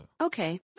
Okay